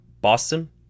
Boston